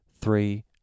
three